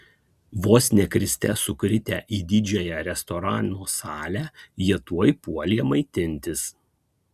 vos ne kriste sukritę į didžiąją restorano salę jie tuoj puolė maitintis